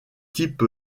type